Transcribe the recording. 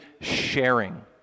sharing